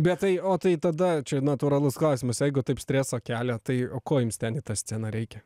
bet tai o tai tada čia natūralus klausimas jeigu taip streso kelia tai o ko jums ten į tą sceną reikia